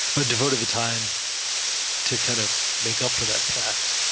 but devoted the time to kind of make up for that fact.